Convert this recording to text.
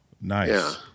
Nice